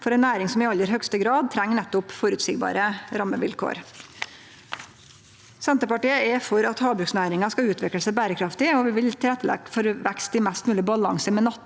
for ei næring som i aller høgste grad treng nettopp føreseielege rammevilkår. Senterpartiet er for at havbruksnæringa skal utvikle seg berekraftig, og vi vil leggje til rette for vekst i mest mogleg balanse med naturen.